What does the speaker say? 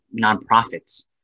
nonprofits